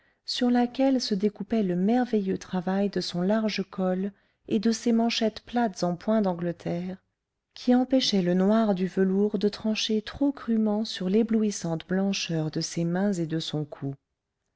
sur laquelle se découpait le merveilleux travail de son large col et de ses manchettes plates en point d'angleterre qui empêchaient le noir du velours de trancher trop crûment sur l'éblouissante blancheur de ses mains et de son cou